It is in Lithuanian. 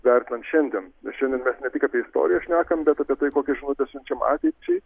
vertinant šiandien ir šiandien mes ne tik apie istoriją šnekam bet apie tai kokią žinutę siunčiam ateičiai